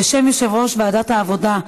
בשם יושב-ראש ועדת העבודה,